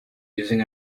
using